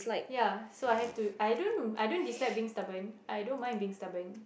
ya so I have to I don't I don't dislike being stubborn I don't mind being stubborn